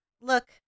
Look